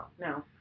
No